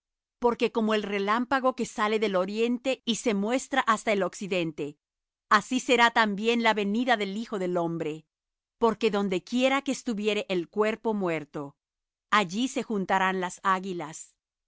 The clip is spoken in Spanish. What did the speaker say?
porque como el relámpago que sale del oriente y se muestra hasta el occidente así será también la venida del hijo del hombre porque donde quiera que estuviere el cuerpo muerto allí se juntarán las águilas